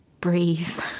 breathe